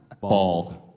bald